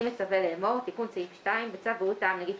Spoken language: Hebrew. אני מצווה לאמור: תיקון סעיף 21. בצו בריאות העם (נגיף